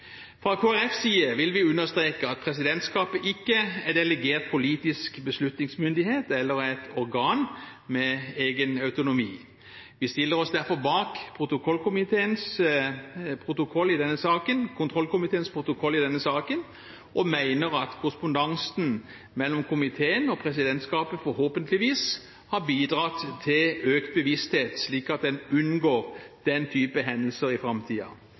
Fra Kristelig Folkepartis side vil vi understreke at presidentskapet ikke er delegert politisk beslutningsmyndighet eller er et organ med egen autonomi. Vi stiller oss derfor bak kontrollkomiteens protokoll i denne saken og mener at korrespondansen mellom komiteen og presidentskapet forhåpentligvis har bidratt til økt bevissthet, slik at en unngår den type hendelser i